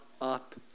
up